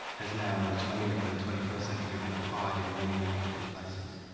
has now in the twentieth and twenty first century been applied in many, many different places.